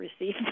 receive